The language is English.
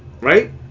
right